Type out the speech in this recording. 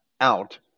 out